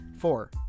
Four